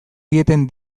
dieten